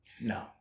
No